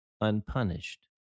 unpunished